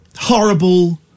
horrible